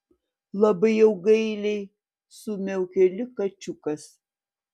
labai jau gailiai sumiaukė lyg kačiukas